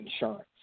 insurance